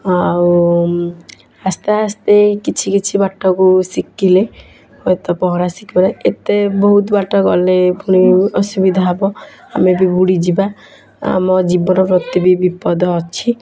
ଆଉ ଉଁ ଆସ୍ତେ ଆସ୍ତେ କିଛି କିଛି ବାଟକୁ ଶିଖିଲେ ହୁଏତ ପହଁରା ଶିଖିବେ ବହୁତ ଏତେ ବାଟ ଗଲେ ପୂଣି ଅସୁବିଧା ହେବ ଆମେ ବି ବୁଡ଼ିଯିବା ଆମ ଜୀବନ ପ୍ରତି ବି ବିପଦ ଅଛି